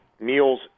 meals